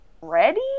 ready